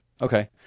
okay